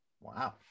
Wow